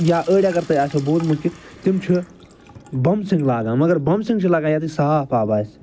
یا أڑۍ اگر تُہۍ آسیو بوٗزمُت کہِ تِم چھِ بمسِنٛگ لاگان مگر بمسِنٛگ چھِ یَتٮ۪تۍ صاف آب آسہِ